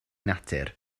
natur